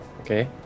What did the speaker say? Okay